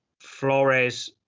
Flores